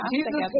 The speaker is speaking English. Jesus